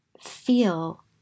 feel